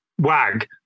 wag